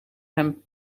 hem